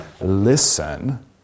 listen